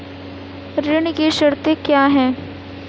ऋण की शर्तें क्या हैं?